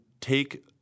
take